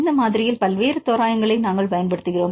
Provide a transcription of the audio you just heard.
இந்த மாதிரியில் பல்வேறு தோராயங்களை நாங்கள் பயன்படுத்துகிறோம்